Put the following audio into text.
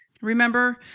Remember